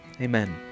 amen